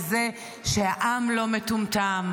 והוא שהעם לא מטומטם.